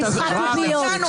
אחד,